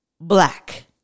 black